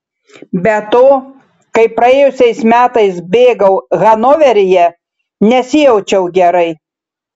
be to kai praėjusiais metais bėgau hanoveryje nesijaučiau gerai